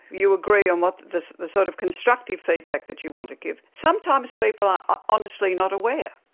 you agree on what the the sort of constructive feedback that you want to give. sometimes people are honestly not aware.